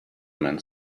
man